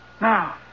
Now